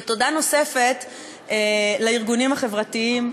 ותודה נוספת לארגונים החברתיים,